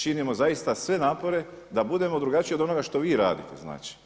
Činimo zaista sve napore da budemo drugačiji od onoga što vi radite, znači.